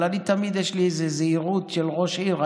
אבל אני, תמיד יש לי איזו זהירות של ראש עיר.